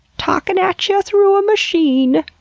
talkin' atcha through a machine.